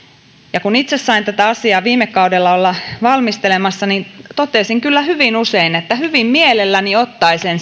kun itse sain tätä asiaa viime kaudella olla valmistelemassa niin totesin kyllä hyvin usein että hyvin mielelläni ottaisin